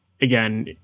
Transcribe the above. again